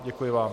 Děkuji vám.